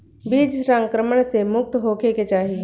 बीज संक्रमण से मुक्त होखे के चाही